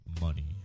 Money